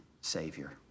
Savior